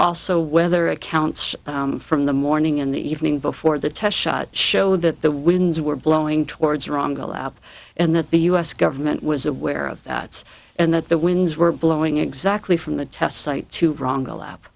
also whether accounts from the morning and the evening before the test shot show that the winds were blowing towards wrong the lab and that the u s government was aware of that and that the winds were blowing exactly from the test site to wrong a lap